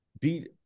beat